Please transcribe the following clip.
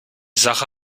sache